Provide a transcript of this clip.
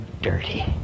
dirty